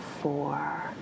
four